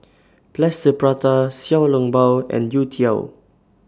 Plaster Prata Xiao Long Bao and Youtiao